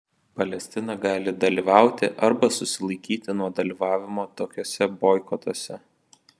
palestina gali dalyvauti arba susilaikyti nuo dalyvavimo tokiuose boikotuose